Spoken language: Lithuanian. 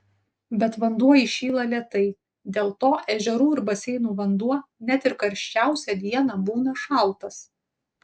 bet vanduo įšyla lėtai dėl to ežerų ir baseinų vanduo net ir karščiausią dieną būna šaltas